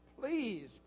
please